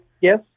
Yes